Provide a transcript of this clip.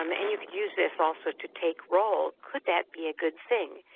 um and you could use this also to take roll, could that be a good thing.